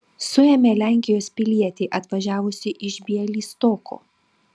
suėmė lenkijos pilietį atvažiavusį iš bialystoko